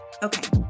Okay